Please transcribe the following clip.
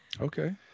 Okay